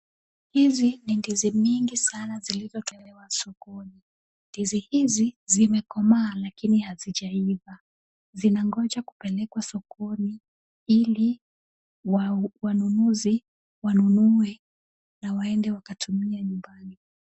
Hizi ni ndizi mingi sana zilizopelekwa sokoni. Ndizi hizi zimekomaa lakini hazijaiva, zinangoja kupelekwa sokoni ili wanunuzi wanunue na waende wakatumie nyumbani.